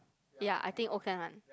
ya I think all can one